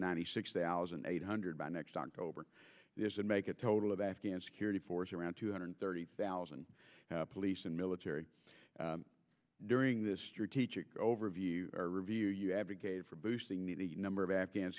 ninety six thousand eight hundred by next october and make a total of afghan security force around two hundred thirty thousand police and military during this strategic overview review you advocated for boosting the number of afghan